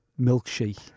milkshake